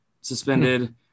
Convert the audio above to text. suspended